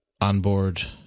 onboard